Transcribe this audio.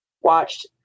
watched